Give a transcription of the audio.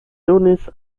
donis